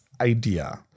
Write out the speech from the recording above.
idea